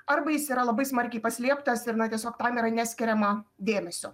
arba jis yra labai smarkiai paslėptas ir na tiesiog tam yra neskiriama dėmesio